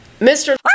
Mr